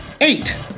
Eight